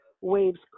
waves